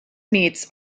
meats